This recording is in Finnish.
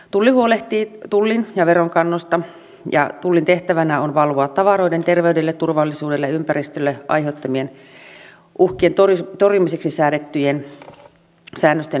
tulli huolehtii tullin ja veronkannosta ja tullin tehtävänä on valvoa tavaroiden terveydelle turvallisuudelle ja ympäristölle aiheuttamien uhkien torjumiseksi säädettyjen säännösten noudattamista